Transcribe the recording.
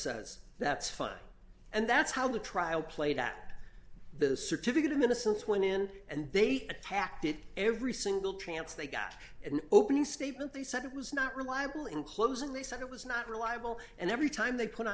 says that's funny and that's how the trial played at the certificate of innocence when in and they attacked it every single trance they got an opening statement they said it was not reliable in closing they said it was not reliable and every time they put